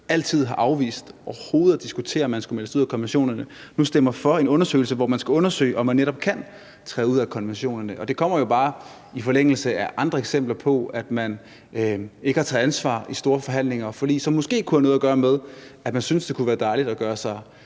altid har afvist overhovedet at diskutere, om man skulle melde sig ud af konventionerne – nu stemmer for en undersøgelse, hvor man skal undersøge, om man netop kan træde ud af konventionerne? Og det kommer jo bare i forlængelse af andre eksempler på, at man ikke har taget ansvar i store forhandlinger og forlig, hvilket måske kunne have noget at gøre med, at man synes, at det kunne være dejligt at tage sig